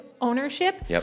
ownership